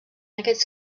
aquests